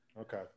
Okay